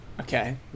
Okay